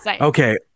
Okay